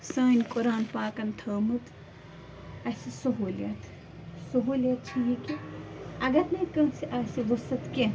سٲنۍ قُران پاکَن تھومُت اَسہِ سہوٗلیت سہوٗلیت چھِ یہِ کہِ اگر نَے کٲنٛسہِ آسہِ وُسَتھ کیٚنہہ